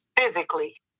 physically